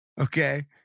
Okay